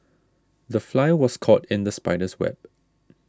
the fly was caught in the spider's web